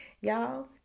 y'all